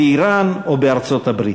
באיראן ובארצות-הברית.